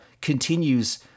continues